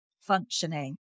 functioning